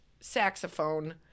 saxophone